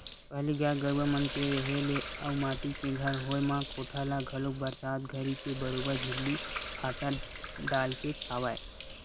पहिली गाय गरुवा मन के रेहे ले अउ माटी के घर होय म कोठा ल घलोक बरसात घरी के बरोबर छिल्ली फाटा डालके छावय